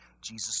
Jesus